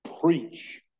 preach